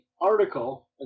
article